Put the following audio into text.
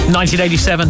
1987